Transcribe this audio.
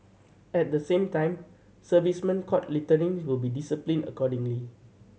at the same time servicemen caught littering will be disciplined accordingly